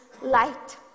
light